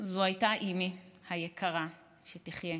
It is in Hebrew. זו הייתה אימי היקרה, שתחיה.